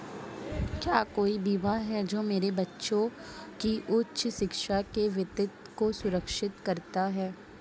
क्या कोई बीमा है जो मेरे बच्चों की उच्च शिक्षा के वित्त को सुरक्षित करता है?